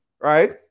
right